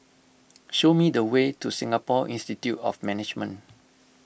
show me the way to Singapore Institute of Management